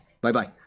Bye-bye